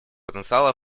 потенциала